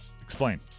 Explain